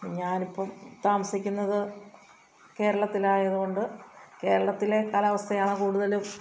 ഞാനിപ്പോള് താമസിക്കുന്നത് കേരളത്തിലായതു കൊണ്ട് കേരളത്തിലെ കാലാവസ്ഥയാണ് കൂടുതലും